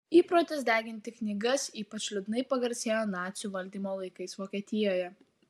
įprotis deginti knygas ypač liūdnai pagarsėjo nacių valdymo laikais vokietijoje